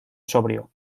sobrio